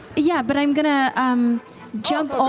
yeah, but i'm going to jump, oh